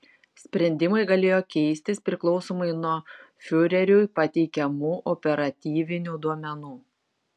sprendimai galėjo keistis priklausomai nuo fiureriui pateikiamų operatyvinių duomenų